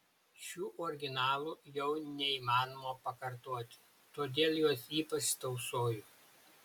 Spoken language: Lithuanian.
šių originalų jau neįmanoma pakartoti todėl juos ypač tausoju